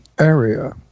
area